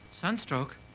Sunstroke